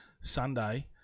Sunday